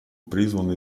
призван